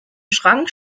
schrank